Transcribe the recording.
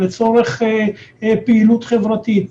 לצורך פעילות חברתית,